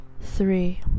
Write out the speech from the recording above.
three